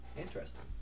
Interesting